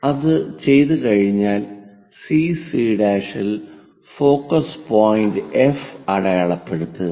അത് ചെയ്തുകഴിഞ്ഞാൽ CC' CC' ൽ ഫോക്കസ് പോയിന്റ് എഫ് അടയാളപ്പെടുത്തുക